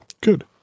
Good